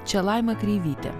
čia laima kreivytė